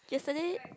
yesterday